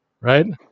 right